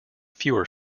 fewer